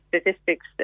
statistics